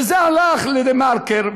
וזה הלך ל"דה-מרקר".